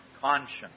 Conscience